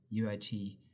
UIT